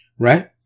Right